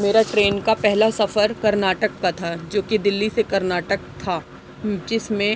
میرا ٹرین کا پہلا سفر کرناٹک کا تھا جو کہ دلّی سے کرناٹک تھا جس میں